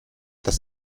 das